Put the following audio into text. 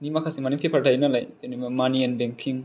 नि माखासे माने पेपार थायो नालाय जेनैबा मानि एण्ड बेंकिं